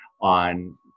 on